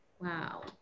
Wow